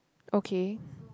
okay